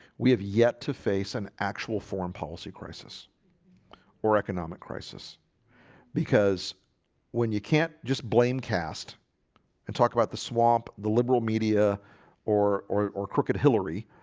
we have yet to face an actual foreign policy crisis or economic crisis because when you can't just blame caste and talk about the swamp the liberal media or or crooked hillary